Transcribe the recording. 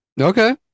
Okay